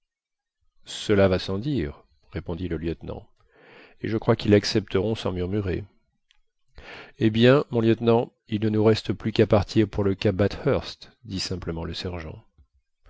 cela va sans dire répondit le lieutenant et je crois qu'ils l'accepteront sans murmurer eh bien mon lieutenant il ne nous reste plus qu'à partir pour le cap bathurst dit simplement le sergent